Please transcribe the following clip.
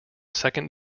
second